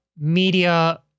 media